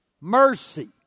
Mercy